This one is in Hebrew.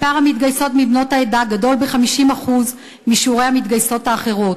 מספר המתגייסות מבנות העדה גדול ב-50% משיעורי המתגייסות האחרות.